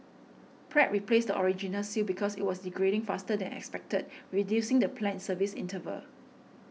Pratt replaced the original seal because it was degrading faster than expected reducing the planned service interval